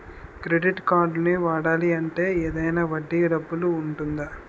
Credit కార్డ్ని వాడాలి అంటే ఏదైనా వడ్డీ డబ్బు ఉంటుందా?